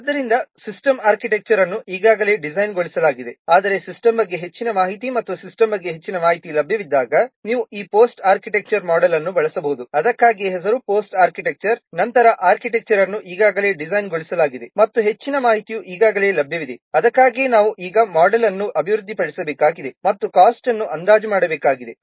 ಆದ್ದರಿಂದ system architecture ಅನ್ನು ಈಗಾಗಲೇ ಡಿಸೈನ್ಗೊಳಿಸಲಾಗಿದೆ ಆದರೆ ಸಿಸ್ಟಮ್ ಬಗ್ಗೆ ಹೆಚ್ಚಿನ ಮಾಹಿತಿ ಮತ್ತು ಸಿಸ್ಟಮ್ ಬಗ್ಗೆ ಹೆಚ್ಚಿನ ಮಾಹಿತಿ ಲಭ್ಯವಿದ್ದಾಗ ನೀವು ಈ ಪೋಸ್ಟ್ ಆರ್ಕಿಟೆಕ್ಚರ್ ಮೋಡೆಲ್ ಅನ್ನು ಬಳಸಬಹುದು ಅದಕ್ಕಾಗಿಯೇ ಹೆಸರು ಪೋಸ್ಟ್ ಆರ್ಕಿಟೆಕ್ಚರ್ ನಂತರದ ಆರ್ಕಿಟೆಕ್ಚರ್ ಅನ್ನು ಈಗಾಗಲೇ ಡಿಸೈನ್ಗೊಳಿಸಲಾಗಿದೆ ಮತ್ತು ಹೆಚ್ಚಿನ ಮಾಹಿತಿಯು ಈಗಾಗಲೇ ಲಭ್ಯವಿದೆ ಅದಕ್ಕಾಗಿಯೇ ನಾವು ಈಗ ಮೋಡೆಲ್ ಅನ್ನು ಅಭಿವೃದ್ಧಿಪಡಿಸಬೇಕಾಗಿದೆ ಮತ್ತು ಕಾಸ್ಟ್ ಅನ್ನು ಅಂದಾಜು ಮಾಡಬೇಕಾಗಿದೆ